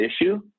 issue